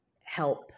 help